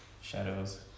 Shadows